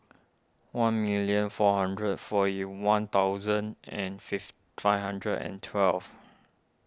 one million four hundred forty one thousand and fifth five hundred and twelve